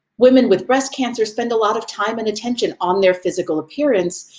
women with breast cancer spend a lot of time and attention on their physical appearance,